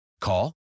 Call